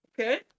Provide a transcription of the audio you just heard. Okay